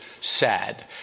sad